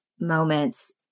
moments